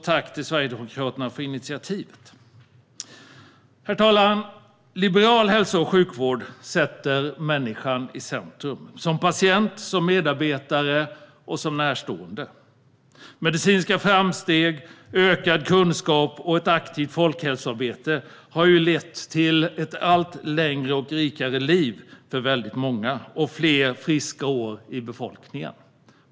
Tack till Sverigedemokraterna för initiativet! Herr talman! Liberal hälso och sjukvård sätter människan i centrum - som patient, medarbetare och närstående. Medicinska framsteg, ökad kunskap och ett aktivt folkhälsoarbete har lett till ett allt längre och rikare liv för väldigt många och fler friska år i befolkningen.